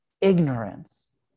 ignorance